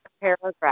paragraph